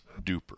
duper